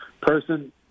person